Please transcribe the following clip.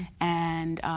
and